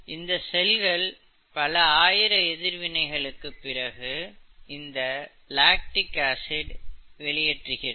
இந்த செல்கள் பல ஆயிர எதிர்வினை களுக்குப் பிறகு இந்த லாக்டிக் ஆசிட் வெளியேற்றுகிறது